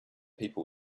people